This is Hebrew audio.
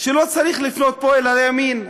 שלא צריך לפנות פה אל הימין.